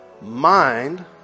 mind